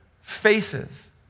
faces